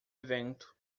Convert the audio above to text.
evento